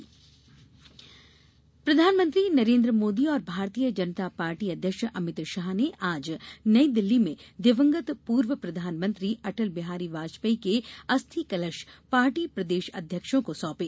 श्रद्वांजलि सभा प्रधानमंत्री नरेन्द्र मोदी और भारतीय जनता पार्टी अध्यक्ष अमित शाह ने आज नई दिल्ली में दिवंगत पूर्व प्रधानमंत्री अटल बिहारी वाजपेयी के अस्थि कलश पार्टी प्रदेश अध्यक्षों को सौंपे